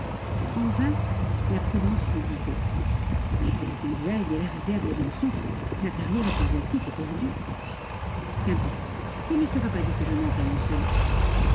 en vain la prudence lui disait mais avec un duel dès l'arrivée à besançon la carrière ecclésiastique est perdue qu'importe il ne sera pas dit que je manque un insolent